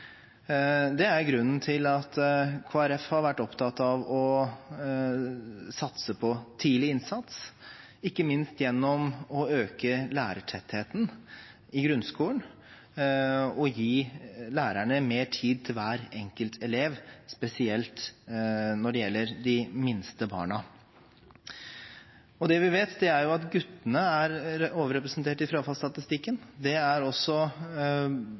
er grunnen til at Kristelig Folkeparti er opptatt av tidlig innsats, ikke minst gjennom å øke lærertettheten i grunnskolen – gi lærerne mer tid til hver enkelt elev, spesielt når det gjelder de minste barna. Vi vet at gutter er overrepresentert i frafallstatistikken. Det er også